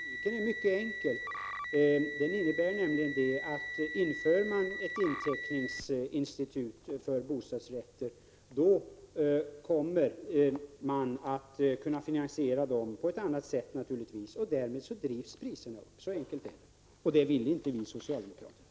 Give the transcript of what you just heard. Fru talman! Logiken är mycket enkel. Den innebär nämligen att om man inför ett inteckningsinstitut för bostadsrätter, då kommer man att kunna finansiera bostadsrätterna på ett annat sätt, och därvid drivs priserna upp — så enkelt är det. Det vill inte vi socialdemokrater medverka till.